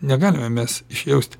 negalime mes išjaust